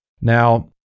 Now